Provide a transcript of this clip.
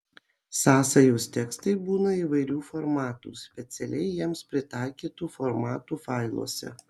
sąsajos tekstai būna įvairių formatų specialiai jiems pritaikytų formatų failuose